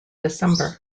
december